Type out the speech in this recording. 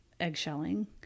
eggshelling